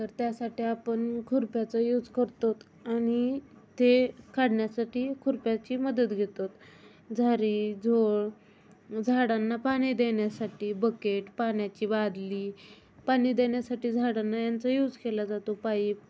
तर त्यासाठी आपण खुर्प्याचा यूज करतो आणि ते काढण्यासाठी खुर्प्याची मदत घेतो झारी झोळ झाडांना पाणी देण्यासाठी बकेट पाण्याची बादली पाणी देण्यासाठी झाडांना यांचा यूज केला जातो पाईप